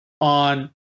on